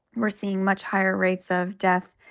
we're seeing much higher rates of death,